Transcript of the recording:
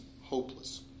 hopeless